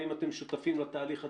האם אתם שותפים לתהליך התכנוני?